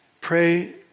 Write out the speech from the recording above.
Pray